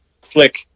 click